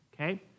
Okay